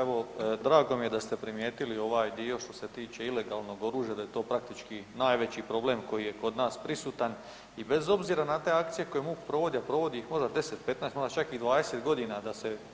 Evo, drago mi je da ste primijetili ovaj dio što se tiče ilegalnog oružja, da je to praktički najveći problem koji je kod nas prisutan i bez obzira na te akcije koje MUP provodi, a provodi ih možda 10, 15, možda čak i 20 godina,